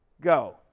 go